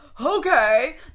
okay